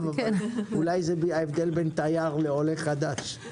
אבל אולי זה ההבדל בין תייר לעולה חדש.